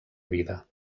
vida